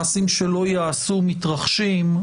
מאז שקיימנו את הדיון הראשון,